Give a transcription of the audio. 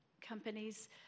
companies